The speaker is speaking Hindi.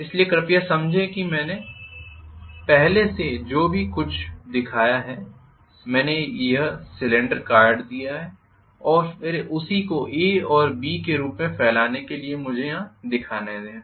इसलिए कृपया समझें कि पहले से जो कुछ भी मैंने दिखाया है कि मैंने यह सिलेंडर काट दिया है और फिर उसी को A और B के रूप में फैलाने के लिए मुझे यहां दिखाने दें